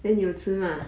then you will see mah